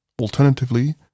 Alternatively